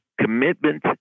commitment